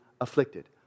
afflicted